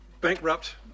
bankrupt